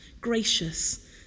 gracious